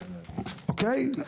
אוקיי?